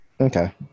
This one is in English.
Okay